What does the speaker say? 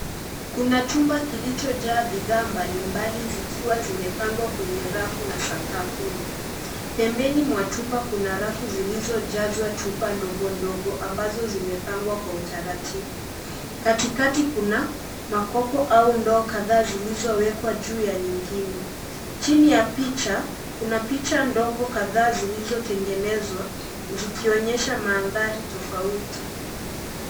Kuna chumba kilichojaa bidhaa mbalimbali zikiwa zimepangwa kwenye rafu na sakafuni. Pembeni mwa chumba kuna rafu zilizojazwa chupa ndogondogo ambazo zimepangwa kwa utaratibu. KAtikati kuna makopo au ndoo kadhaa zilizowekwa juu ya nyingine. Chini ya picha, kuna picha ndogo kadhaa zilizotengenezwa zikionyesha mandhari tofauti.